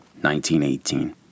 1918